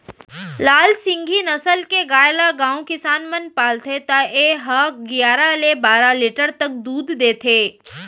लाल सिंघी नसल के गाय ल गॉँव किसान मन पालथे त ए ह गियारा ले बारा लीटर तक दूद देथे